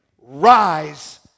Rise